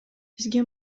бизге